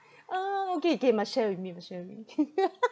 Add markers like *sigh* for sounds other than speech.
uh okay okay must share with me must share with me *laughs*